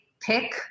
pick